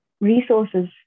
resources